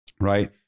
Right